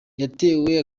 yatewe